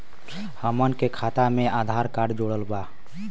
हमन के खाता मे आधार कार्ड जोड़ब?